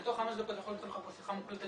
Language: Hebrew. אני תוך חמש דקות יכול למצוא לך פה שיחה מוקלטת